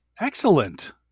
Excellent